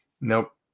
Nope